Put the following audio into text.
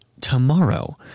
tomorrow